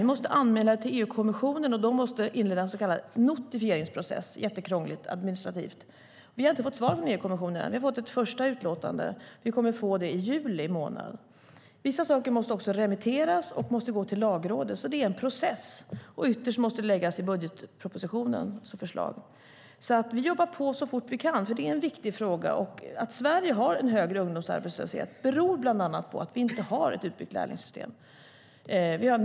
Vi måste anmäla det till EU-kommissionen som måste inleda en så kallad notifieringsprocess. Det är jättekrångligt och administrativt. Vi har inte fått svar från EU-kommissionen än, utan bara ett första utlåtande. Vi kommer att få svar i juli. Vissa saker måste också remitteras och gå till Lagrådet. Det är en process. Ytterst måste förslag läggas fram i budgetpropositionen. Vi jobbar på så fort vi kan. Det är en viktig fråga. Att Sverige har högre ungdomsarbetslöshet beror bland annat på att vi inte har något utbyggt lärlingssystem.